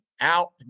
out